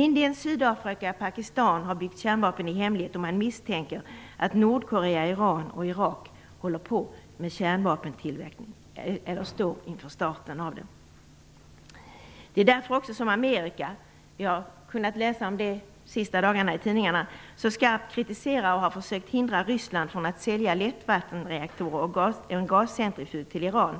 Indien, Sydafrika och Pakistan har byggt kärnvapen i hemlighet, och man misstänker att Nordkorea, Iran och Irak håller på med kärnvapentillverkning eller står inför starten. Det är också därför Amerika, vi har kunnat läsa om det de senaste dagarna i tidningarna, så skarpt kritiserar och har försökt hindra Ryssland från att sälja lättvattenreaktorer och en gascentrifug till Iran.